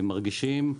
הם מרגישים מוזנחים,